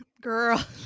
Girl